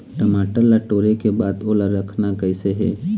टमाटर ला टोरे के बाद ओला रखना कइसे हे?